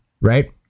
right